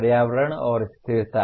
पर्यावरण और स्थिरता